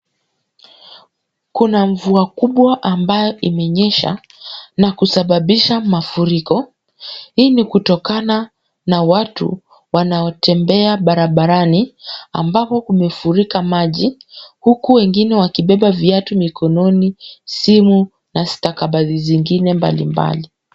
Kuna mvua kubwa ambayo imenyesha na kusababisha mafuriko. Hii ni kutokana na watu wanaotembea barabarani ambapo kumefurika maji huku wengine wakibeba viatu mikononi, simu na stakabadhi zingine mbalimbali.